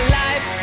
life